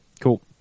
cool